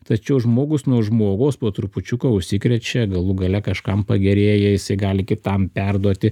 tačiau žmogus nuo žmogaus po trupučiuką užsikrečia galų gale kažkam pagerėja jisai gali kitam perduoti